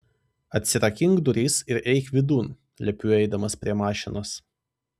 atsirakink duris ir eik vidun liepiu eidamas prie mašinos